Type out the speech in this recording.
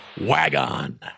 WagOn